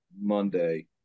Monday